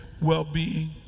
well-being